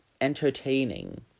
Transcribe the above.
entertaining